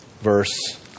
Verse